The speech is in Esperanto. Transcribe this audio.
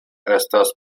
estas